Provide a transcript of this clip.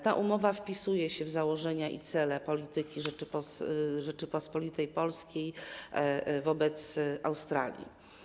Ta umowa wpisuje się w założenia i cele polityki Rzeczypospolitej Polskiej wobec Australii.